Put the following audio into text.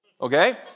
okay